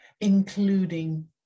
including